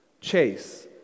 chase